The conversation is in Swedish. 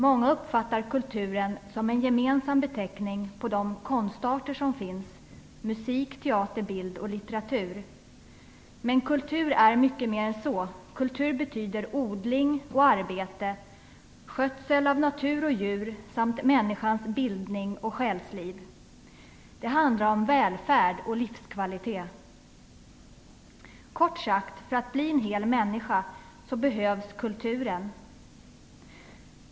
Många uppfattar kulturen som en gemensam beteckning på de konstarter som finns: musik, teater, bild och litteratur. Men kultur är mycket mer än så. Kultur betyder odling och arbete, skötsel av natur och djur samt människans bildning och själsliv. Det handlar om välfärd och livskvalitet. Kort sagt: för att bli en hel människa behövs kulturen.